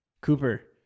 Cooper